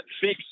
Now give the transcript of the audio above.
fix